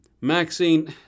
Maxine